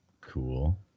Cool